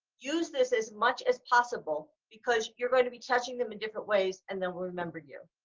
use this as much as possible because you're going to be touching them in different ways and then we'll remember you.